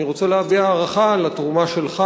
אני רוצה להביע הערכה לתרומה שלך